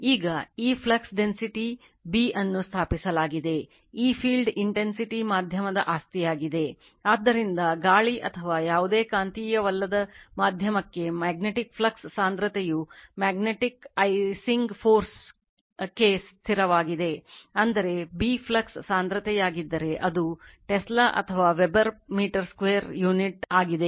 ಈಗ ಈ flux density ಕ್ಕೆ ಸ್ಥಿರವಾಗಿರುತ್ತದೆ ಅಂದರೆ B ಫ್ಲಕ್ಸ್ ಸಾಂದ್ರತೆಯಾಗಿದ್ದರೆ ಅದು ಟೆಸ್ಲಾ ಅಥವಾ ವೆಬರ್ ಮೀಟರ್ 2 ಯುನಿಟ್ ಆಗಿದೆ